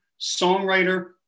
songwriter